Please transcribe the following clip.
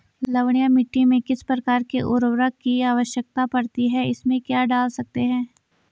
लवणीय मिट्टी में किस प्रकार के उर्वरक की आवश्यकता पड़ती है इसमें क्या डाल सकते हैं?